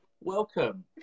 Welcome